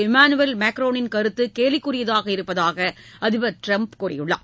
Emmanuel மேக்ரோனின் கருத்து கேலிக்குரியதாக இருப்பதாக அதிபர் ட்ரம்ப் கூறியுள்ளார்